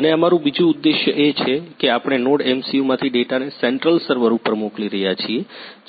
અને અમારું બીજું ઉદ્દેશ એ છે કે આપણે NodeMCU માંથી ડેટાને સેન્ટ્રલ સર્વર પર મોકલી રહ્યા છીએ